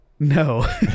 No